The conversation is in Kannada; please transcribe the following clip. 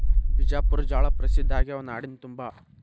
ಬಿಜಾಪುರ ಜ್ವಾಳಾ ಪ್ರಸಿದ್ಧ ಆಗ್ಯಾವ ನಾಡಿನ ತುಂಬಾ